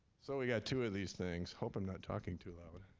so, we've got two of these things hope i'm not talking too loud.